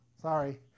Sorry